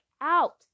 out